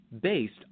based